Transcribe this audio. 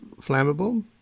flammable